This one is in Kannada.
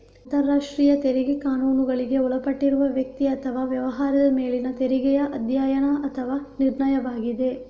ಅಂತರರಾಷ್ಟ್ರೀಯ ತೆರಿಗೆ ಕಾನೂನುಗಳಿಗೆ ಒಳಪಟ್ಟಿರುವ ವ್ಯಕ್ತಿ ಅಥವಾ ವ್ಯವಹಾರದ ಮೇಲಿನ ತೆರಿಗೆಯ ಅಧ್ಯಯನ ಅಥವಾ ನಿರ್ಣಯವಾಗಿದೆ